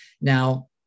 Now